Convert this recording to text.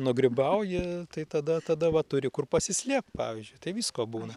nugrybauji tai tada tada va turi kur pasislėpt pavyzdžiui tai visko būna